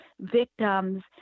victims